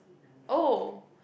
oh